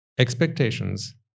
Expectations